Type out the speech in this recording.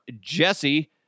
Jesse